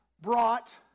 brought